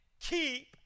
keep